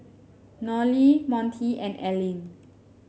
Nolie Montie and Ellyn